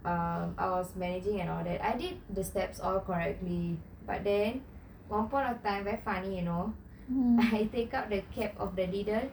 err I was managing and all that I did the steps all correctly but then one point of time very funny you know I take out the cap of the needle